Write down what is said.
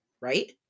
Right